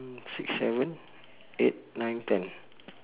six seven eight nine ten